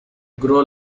grow